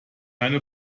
eine